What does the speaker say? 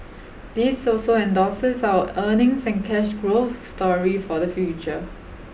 this also endorses our earnings and cash growth story for the future